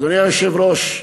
אדוני היושב-ראש,